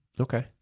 Okay